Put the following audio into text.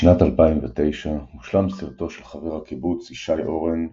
בשנת 2009 הושלם סרטו של חבר הקיבוץ ישי אורן "חפשים",